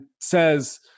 says